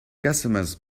customers